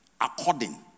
according